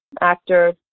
actors